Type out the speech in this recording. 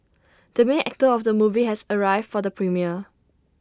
the main actor of the movie has arrived for the premiere